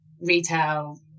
retail